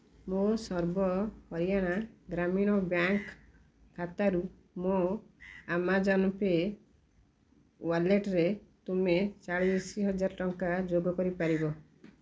ମୋ ସର୍ବ ହରିୟାଣା ଗ୍ରାମୀଣ ବ୍ୟାଙ୍କ୍ ଖାତାରୁ ମୋ ଆମାଜନ୍ ପେ ୱାଲେଟ୍ରେ ତୁମେ ଚାଳିଶିହଜାର ଟଙ୍କା ଯୋଗକରିପାରିବ